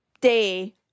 day